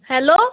hello